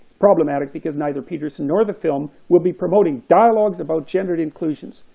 problematic because neither peterson nor the film will be promoting dialogues about gendered inclusions,